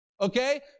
okay